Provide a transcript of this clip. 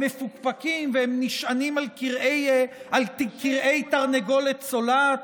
הם מפוקפקים והם נשענים על כרעי תרנגולת צולעת?